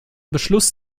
beschluss